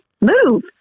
Move